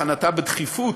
הכנתה בדחיפות,